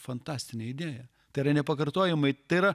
fantastinė idėja tai yra nepakartojamai tai yra